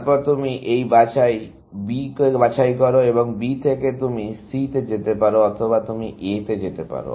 তারপর তুমি এই B বাছাই করো এবং B থেকে তুমি C তে যেতে পারো অথবা তুমি A তে যেতে পারো